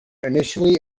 initially